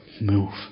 move